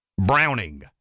Browning